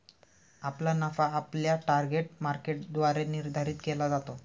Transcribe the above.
आपला नफा आपल्या टार्गेट मार्केटद्वारे निर्धारित केला जातो